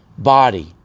body